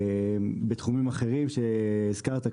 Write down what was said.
בתחומים אחרים שהזכרת,